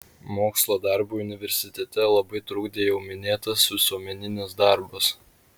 mokslo darbui universitete labai trukdė jau minėtas visuomeninis darbas